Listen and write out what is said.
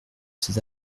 ces